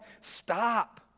Stop